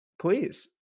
Please